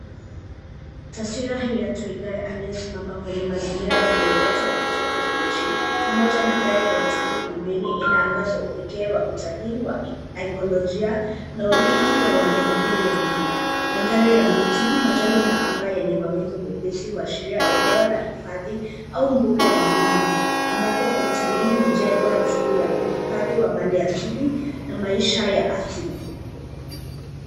Taswira hii ya twiga aliyesimama kwenye mazingira ya kijani kibichi, pamoja na gari la watalii pembeni, inaangazia upekee wa utalii wa (cs)ikolojia(cs) na urithi wa wanyama pori wa Kenya. Mandhari ya miti, majani, na anga yenye mawingu mepesi inaashiria eneo la hifadhi au mbuga ya wanyama, ambapo utalii humejengwa juu ya uhifadhi wa mali asili na maisha ya asili.